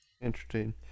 Interesting